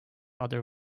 other